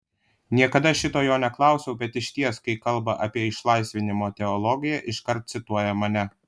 niekada šito jo neklausiau bet išties kai kalba apie išlaisvinimo teologiją iškart cituoja mane